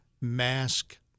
mask